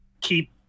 keep